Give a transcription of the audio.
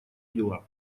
дела